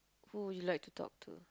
who would you like to talk to